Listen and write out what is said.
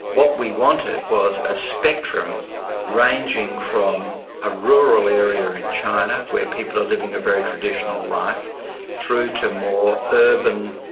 what we wanted was a spectrum ranging from a rural area in china where people are living a very traditional life through to more urban,